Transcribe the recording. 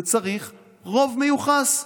וצריך רוב מיוחס.